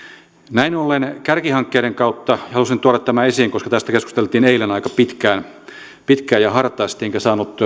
näin ollen kärkihankkeiden kautta halusin tuoda tämän esiin koska tästä keskusteltiin eilen aika pitkään pitkään ja hartaasti enkä saanut